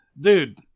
dude